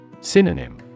Synonym